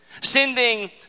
Sending